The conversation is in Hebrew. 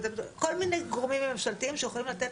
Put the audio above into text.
כל מיני גורמים ממשלתיים שיכולים לתת